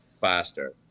faster